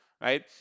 right